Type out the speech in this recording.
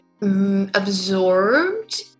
absorbed